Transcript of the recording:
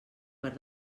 per